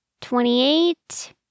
Twenty-eight